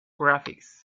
graphics